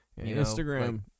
Instagram